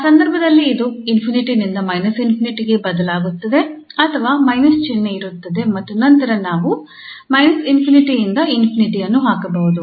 ಆ ಸಂದರ್ಭದಲ್ಲಿ ಇದು ∞ ನಿಂದ −∞ ಗೆ ಬದಲಾಗುತ್ತದೆ ಅಥವಾ ಮೈನಸ್ ಚಿಹ್ನೆ ಇರುತ್ತದೆ ಮತ್ತು ನಂತರ ನಾವು −∞ ನಿಂದ ∞ ಅನ್ನು ಹಾಕಬಹುದು